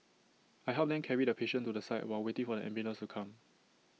I helped them carry the patient to the side while waiting for the ambulance to come